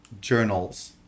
journals